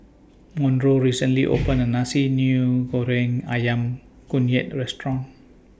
Monroe recently opened A New Nasi Goreng Ayam Kunyit Restaurant